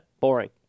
boring